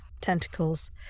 tentacles